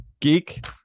geek